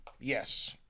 Yes